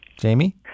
Jamie